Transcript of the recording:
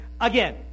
again